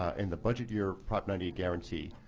and budget year prop ninety guarantee,